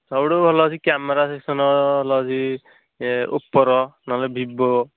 ସବୁଠୁ ଭଲ ଅଛି କ୍ୟାମେରା ସିଷ୍ଟମ ଭଲ ଅଛି ଓପୋର ନହେଲେ ଭିବୋ